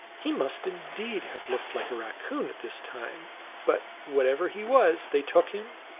he must indeed have looked like a eaccoon this time but whatever he was, they took him,